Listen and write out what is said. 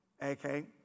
Okay